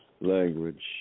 Language